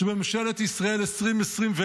שבממשלת ישראל 2024,